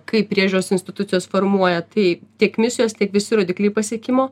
kaip priežiūros institucijos formuoja tai tiek misijos tiek visi rodikliai pasiekimo